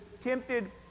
tempted